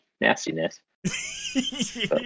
nastiness